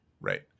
Right